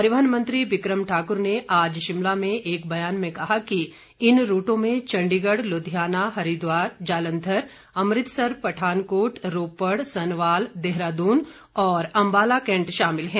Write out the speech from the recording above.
परिवहन मंत्री विक्रम ठाकर ने आज शिमला में एक बयान में कहा कि इन रूटों में चण्डीगढ़ लुधियाना हरिद्वार जालंधर अमृतसर पठानकोट रोपड़ सनवाल देहरादून और अम्बाला कैंट शामिल हैं